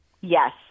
Yes